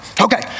Okay